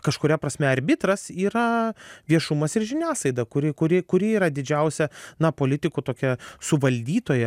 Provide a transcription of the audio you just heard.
kažkuria prasme arbitras yra viešumas ir žiniasaida kuri kuri kuri yra didžiausia na politikų tokia suvaldytoja